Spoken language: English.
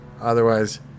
Otherwise